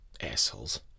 Assholes